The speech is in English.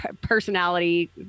personality